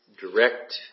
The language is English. direct